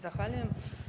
Zahvaljujem.